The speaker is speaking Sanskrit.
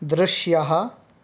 दृश्यः